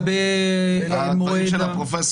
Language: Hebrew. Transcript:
לגבי הדברים של פרופ'